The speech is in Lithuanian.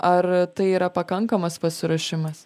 ar tai yra pakankamas pasiruošimas